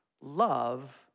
love